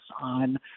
on